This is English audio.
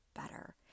better